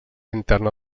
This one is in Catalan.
interna